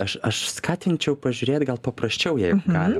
aš aš skatinčiau pažiūrėt gal paprasčiau jeigu galim